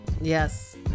Yes